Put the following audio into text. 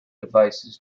devices